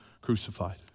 crucified